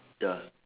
ya